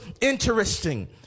Interesting